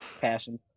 passion